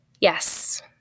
Yes